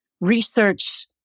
research